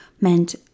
meant